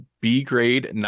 B-grade